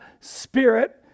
Spirit